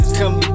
come